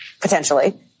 potentially